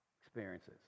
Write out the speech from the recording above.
experiences